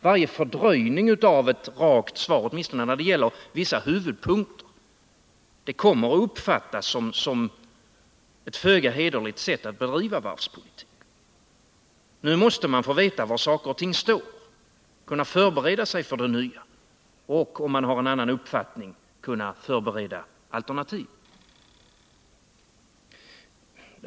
Varje fördröjning av ett rakt svar, åtminstone nä det gäller vissa huvudpunkter, kommer att uppfattas som ett tatt bedriva varvspolitiken. Nu måste man få veta var saker och ting står för att kunna förbereda sig på det nya och — om man har en annan uppfattning — kunna förbereda alternativ.